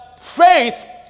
Faith